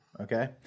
Okay